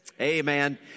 amen